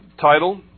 title